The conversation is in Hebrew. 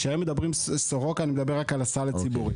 כשהם מדברים על סורוקה אני מדבר רק על הסל הציבורי.